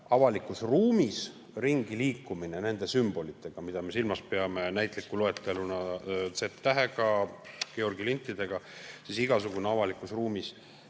avalikus ruumis ringiliikumine nende sümbolitega, mida me silmas peame – näiteks Z‑tähega, Georgi lintidega –, igasugune avalikus ruumis